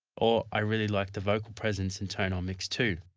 or i really like the vocal presence and tone on mix two.